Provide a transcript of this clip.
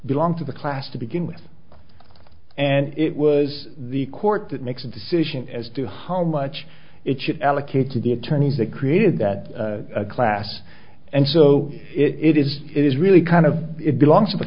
belong to the class to begin with and it was the court that makes a decision as to how much it should allocate to the attorneys that created that class and so it is it is really kind of it belongs to the